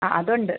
ആ അതുണ്ട്